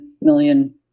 million